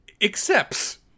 accepts